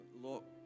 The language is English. Look